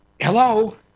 Hello